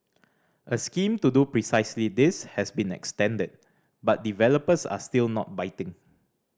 a scheme to do precisely this has been extended but developers are still not biting